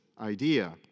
idea